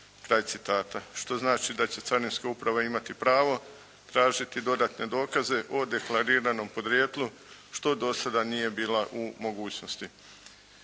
propisima." što znači da će Carinska uprava imati pravo tražiti dodatne dokaze o deklariranom podrijetlu što do sada nije bila u mogućnosti.